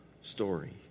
story